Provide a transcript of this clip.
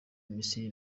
misiri